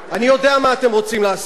אני יודע מה אתם רוצים לעשות.